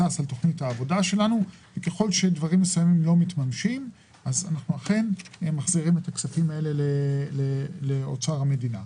שהדברים לא מתממשים אנחנו אכן מחזירים את הכספים האלה לאוצר המדינה.